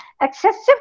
excessive